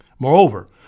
Moreover